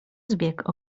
zbieg